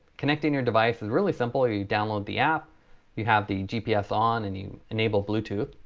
connecting your device is really simple you download the app you have the gps on and you enable bluetooth.